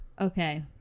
Okay